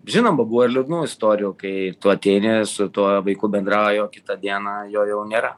žinoma buvo ir liūdnų istorijų kai tu ateini su tuo vaiku bendrauji o kitą dieną jo jau nėra